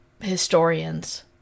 historians